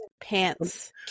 pants